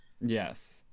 Yes